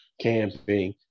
camping